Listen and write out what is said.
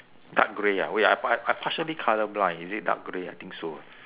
dark grey ah wait ah I part~ I par~ partially colour blind is it dark grey I think so